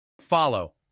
follow